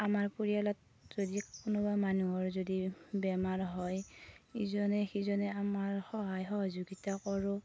আমাৰ পৰিয়ালত যদি কোনোবা মানুহৰ যদি বেমাৰ হয় ইজনে সিজনে আমাৰ সহায় সহযোগিতা কৰোঁ